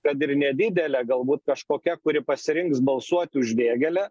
kad ir nedidelė galbūt kažkokia kuri pasirinks balsuoti už vėgėlę